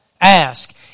Ask